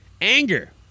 Anger